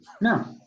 No